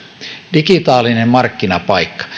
digitaalinen markkinapaikka